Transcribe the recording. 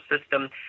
system